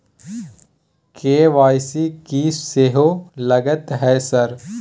KYC की सेहो लगतै है सर?